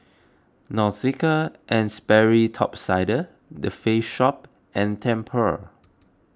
Nautica and Sperry Top Sider the Face Shop and Tempur